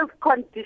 conditions